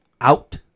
out